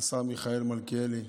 השר מיכאל מלכיאלי,